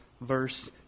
verse